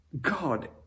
God